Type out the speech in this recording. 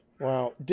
Wow